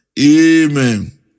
Amen